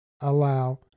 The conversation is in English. allow